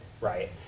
right